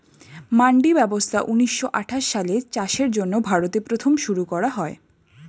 মান্ডি ব্যবস্থা ঊন্নিশো আঠাশ সালে চাষের জন্য ভারতে প্রথম শুরু করা হয়